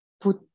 put